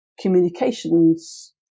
communications